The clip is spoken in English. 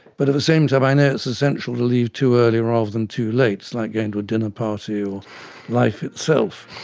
but at the same time i know it's essential to leave too early rather than too late. it's like going to a dinner party or life itself,